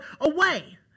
away